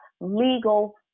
legal